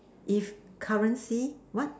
if currency what